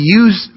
use